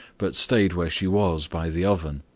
but stayed where she was, by the oven.